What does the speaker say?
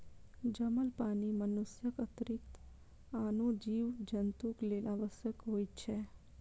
जमल पानि मनुष्यक अतिरिक्त आनो जीव जन्तुक लेल आवश्यक होइत छै